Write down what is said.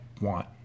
want